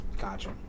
Gotcha